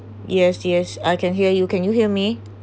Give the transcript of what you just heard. yes yes I can hear you can you hear me